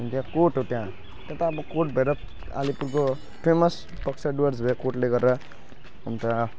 त्यहाँ कोर्ट हो त्यहाँ त्यता अब कोर्ट भएर अलिपुरको फेमस पक्ष डुवर्स भएर कोर्टले गरेर अन्त